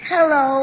Hello